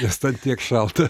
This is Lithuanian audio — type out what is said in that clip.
nes ten tiek šalta